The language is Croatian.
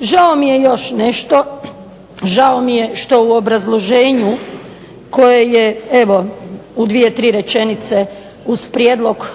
Žao mi je još nešto, žao mi je što u obrazloženju koje je evo u 2, 3 rečenice uz prijedlog